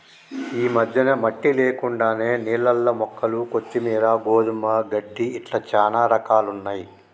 ఈ మధ్యన మట్టి లేకుండానే నీళ్లల్ల మొక్కలు కొత్తిమీరు, గోధుమ గడ్డి ఇట్లా చానా రకాలున్నయ్యి